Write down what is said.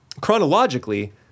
Chronologically